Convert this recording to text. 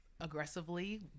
aggressively